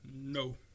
No